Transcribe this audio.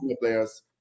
players